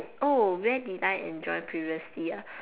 where did I enjoy previously